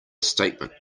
statement